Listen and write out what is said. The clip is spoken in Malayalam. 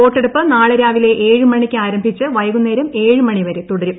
വോട്ടെടുപ്പ് നാളെ രാവിലെ ഏഴ് മണിക്ക് ആരംഭിച്ച് വൈകുന്നേരം ഏഴ് മണി വരെ തുടരും